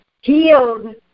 healed